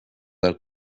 del